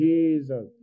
Jesus